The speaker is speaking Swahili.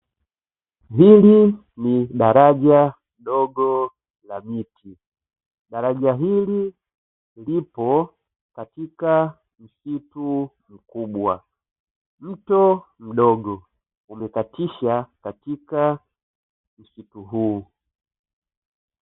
Hili ni daraja dogo la miti. Daraja hili lipo katika msitu mkubwa, mto mdogo umekatisha katika msitu huu.